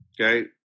Okay